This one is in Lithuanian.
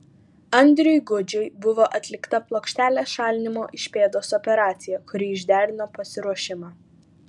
andriui gudžiui buvo atlikta plokštelės šalinimo iš pėdos operacija kuri išderino pasiruošimą